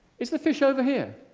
is the fish over here?